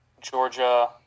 Georgia